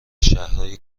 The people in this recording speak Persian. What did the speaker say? شهرهای